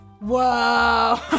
Whoa